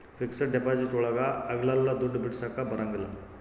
fixed deposit ಒಳಗ ಅಗ್ಲಲ್ಲ ದುಡ್ಡು ಬಿಡಿಸಕ ಬರಂಗಿಲ್ಲ